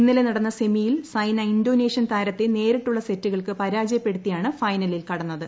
ഇന്നലെ നടന്ന സെമിയിൽ ്ലൂസെന ഇൻഡോനേഷ്യൻ താരത്തെ നേരിട്ടുള്ള സെറ്റുകൾക്ക് ഷ്രാജ്യപ്പെടുത്തിയാണ് ഫൈന ലിൽ കടന്നത്